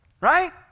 right